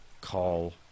Call